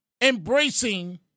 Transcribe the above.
embracing